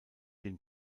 den